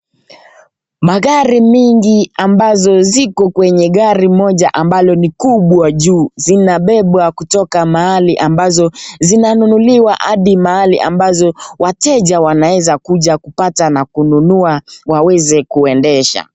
Magari mingi ambazo ziko kwenye gari moja ambalo ni kubwa juu. Zinabebwa kutoka mahali ambazo zinanunuliwa hadi mahali ambazo wateja wanaweza kuja kupata na kununua waweze kuendesha.